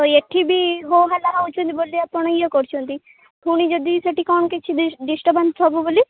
ଏଠି ବି ହୋ ହୋଲା ହେଉଛନ୍ତି ବୋଲି ଆପଣ ଇଏ କରୁଛନ୍ତି ପୁଣି ଯଦି ସେଠି କ'ଣ କିଛି ଡିଷ୍ଟର୍ବାନ୍ସ ହେବ ବୋଲି